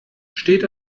steht